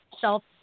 self